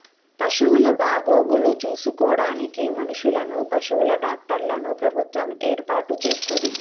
పశువుల బాగోగులు చూసుకోడానికి మనుషులను, పశువుల డాక్టర్లను ప్రభుత్వం ఏర్పాటు చేస్తది